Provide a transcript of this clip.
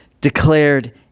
declared